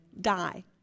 Die